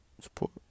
Support